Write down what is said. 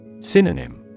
Synonym